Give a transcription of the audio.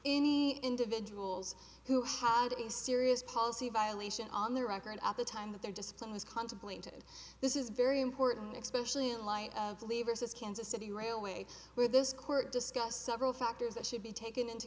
any individuals who had a serious policy violation on their record at the time that their discipline was contemplated this is very important expression in light of leaver's as kansas city railway where this court discussed several factors that should be taken into